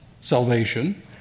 Salvation